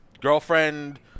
girlfriend